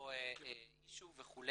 אישיו וכו'.